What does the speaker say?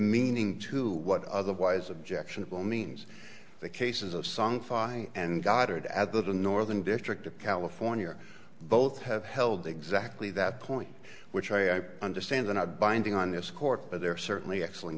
meaning to what otherwise objectionable means the cases of song fine and goddard at the northern district of california both have held exactly that point which i understand the not binding on this court but there are certainly excellent